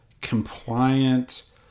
compliant